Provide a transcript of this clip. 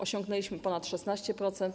Osiągnęliśmy ponad 16%.